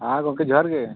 ᱦᱮᱸ ᱜᱚᱢᱠᱮ ᱡᱚᱦᱟᱨ ᱜᱮ